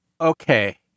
Okay